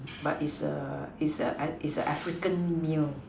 but is a is a is an African meal